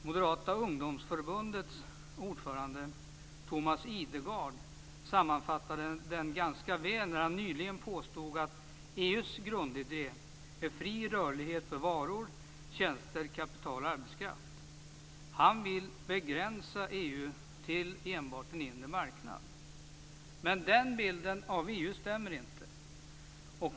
Moderata ungdomsförbundets ordförande Thomas Idegard sammanfattade den ganska väl när han nyligen påstod att EU:s grundidé är fri rörlighet för varor, tjänster, kapital och arbetskraft. Han vill begränsa EU till enbart en inre marknad. Men den bilden av EU stämmer inte.